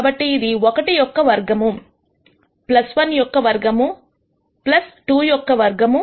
కాబట్టి అది ఒకటి యొక్క వర్గము 1 యొక్క వర్గము2 యొక్క మార్గము